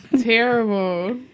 Terrible